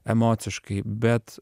emociškai bet